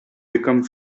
became